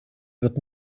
wird